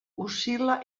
oscil·la